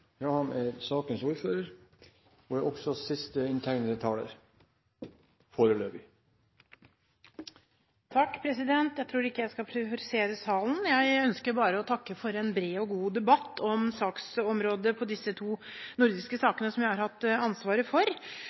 Jeg tror ikke jeg skal provosere salen. Jeg ønsker bare å takke for en bred og god debatt om saksområdet i disse to nordiske sakene som jeg har hatt ansvaret for.